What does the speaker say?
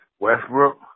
Westbrook